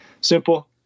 simple